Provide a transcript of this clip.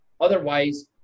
Otherwise